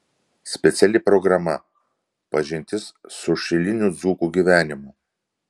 speciali programa pažintis su šilinių dzūkų gyvenimu